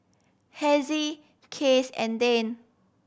Hezzie Case and Dane